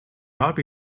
habe